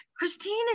Christine